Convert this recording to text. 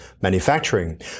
manufacturing